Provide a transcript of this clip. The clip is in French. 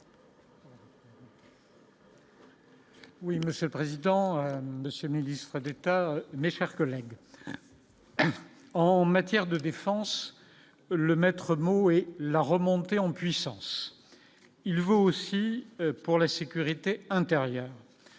Oui, Monsieur le président Monsieur Ministre d'État n'espère collègue en matière de défense, le maître mot est la remontée en puissance, il veut aussi pour la sécurité intérieure,